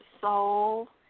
soul